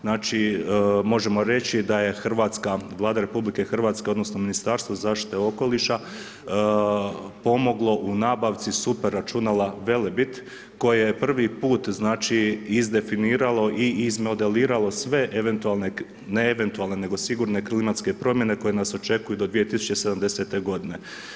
Znači, možemo reći da je Hrvatska, Vlada Republike Hrvatske odnosno, Ministarstvo zaštite okoliša pomoglo u nabavci super računala Velebit koje je prvi put znači izdefiniralo i izmodeliralo sve eventualne, ne eventualne nego sigurne klimatske promjene koje nas očekuju do 2070. godine.